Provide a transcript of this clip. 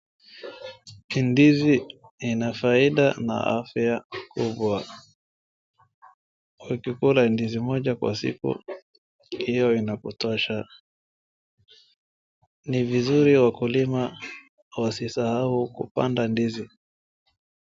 Kindizi ina faida na afya kubwa, ukikula ndizi moja kwa siku hio inakutosha. Ni vizuri wakulima wasisahau kupanda ndizi.